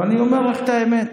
אבל אני אומר לך את האמת.